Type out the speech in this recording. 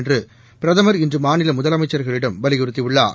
என்று பிரதமர் இன்று மாநில முதலமைச்சர்களிடம் வலியுறுத்தியுள்ளார்